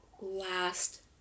last